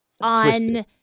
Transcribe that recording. on